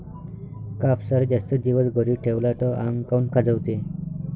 कापसाले जास्त दिवस घरी ठेवला त आंग काऊन खाजवते?